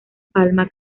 palma